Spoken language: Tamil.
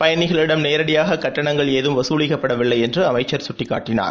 பயணிகளிடம் நேரடியாக கட்டணங்கள் ஏதும் வசூலிக்கப்படவில்லை என்று அமைச்சர் சுட்டிக்காட்டினார்